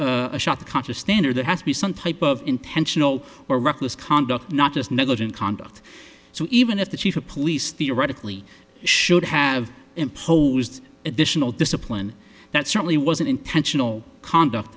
conscious standard it has to be some type of intentional or reckless conduct not just negligent conduct so even if the chief of police theoretically should have imposed additional discipline that certainly wasn't intentional conduct